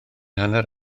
hanner